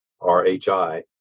RHI